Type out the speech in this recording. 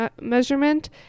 measurement